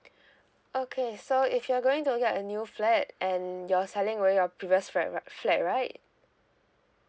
okay so if you're going to get a new flat and you're selling away your previous fled right flat right